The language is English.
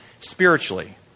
spiritually